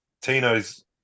Tino's